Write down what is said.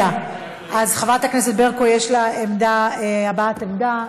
לחברת הכנסת ברקו יש הבעת עמדה.